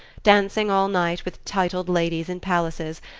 dancing all night with titled ladies in palaces,